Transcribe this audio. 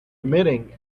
emitting